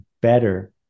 better